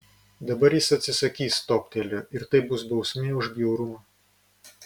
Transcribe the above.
dabar jis atsisakys toptelėjo ir tai bus bausmė už bjaurumą